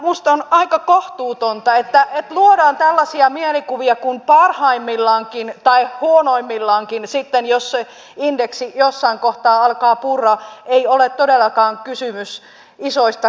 minusta on aika kohtuutonta että luodaan tällaisia mielikuvia kun huonoimmillaankin sitten jos se indeksi jossain kohtaa alkaa purra ei ole todellakaan kysymys isoista rahoista